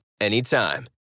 anytime